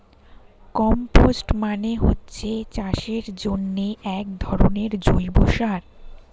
compost মানে হচ্ছে চাষের জন্যে একধরনের জৈব সার